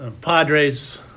Padres